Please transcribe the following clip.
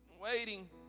Waiting